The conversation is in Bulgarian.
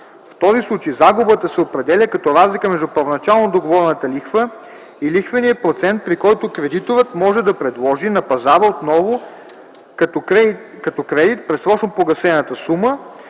В този случай загубата се определя като разлика между първоначално договорената лихва и лихвения процент, при който кредиторът може да предложи на пазара отново като кредит предсрочно погасената сума,